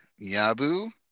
Yabu